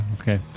Okay